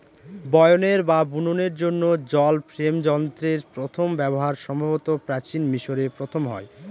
বয়নের বা বুননের জন্য জল ফ্রেম যন্ত্রের প্রথম ব্যবহার সম্ভবত প্রাচীন মিশরে প্রথম হয়